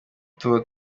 tuba